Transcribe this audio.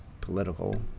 political